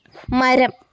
മരം